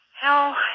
Hell